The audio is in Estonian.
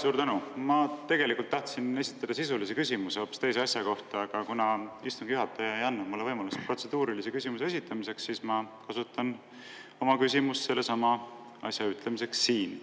Suur tänu! Ma tegelikult tahtsin esitada sisulise küsimuse hoopis teise asja kohta, aga kuna istungi juhataja ei andnud mulle võimalust protseduurilise küsimuse esitamiseks, siis ma kasutan oma küsimust sellesama asja ütlemiseks siin.